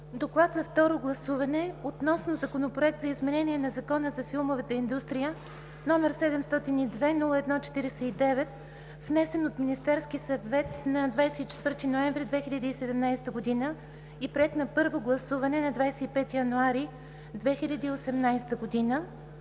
Доклад за второ гласуване относно Законопроект за изменение на Закона за филмовата индустрия, № 702-01-49, внесен от Министерски съвет на 24 ноември 2017 г. и приет на първо гласуване на 25 януари 2018 г.